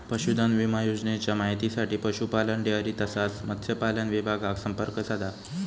पशुधन विमा योजनेच्या माहितीसाठी पशुपालन, डेअरी तसाच मत्स्यपालन विभागाक संपर्क साधा